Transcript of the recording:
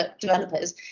developers